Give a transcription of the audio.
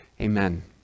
Amen